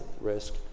risk